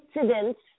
incidents